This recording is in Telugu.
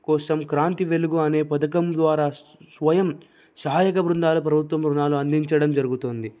కోసం క్రాంతి వెలుగు అనే పథకం ద్వారా స్వయం సహాయక బృందాలు ప్రభత్వ రుణాలు అందించడం జరుగుతుంది